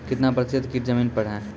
कितना प्रतिसत कीट जमीन पर हैं?